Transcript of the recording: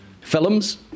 films